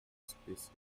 species